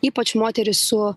ypač moterys su